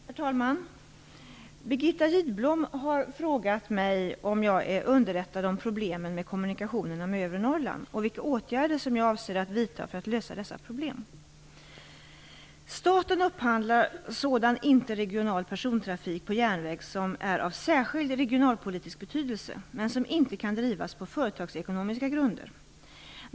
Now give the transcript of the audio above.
Herr talman! Birgitta Gidblom har frågat mig om jag är underrättad om problemen med kommunikationerna med övre Norrland och vilka åtgärder som jag avser att vidta för att lösa dessa problem. Staten upphandlar sådan interregional persontrafik på järnväg som är av särskild regionalpolitisk betydelse men som inte kan drivas på företagsekonomiska grunder.